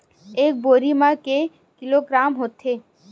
एक बोरी म के किलोग्राम होथे?